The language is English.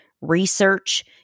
research